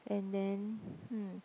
and then hmm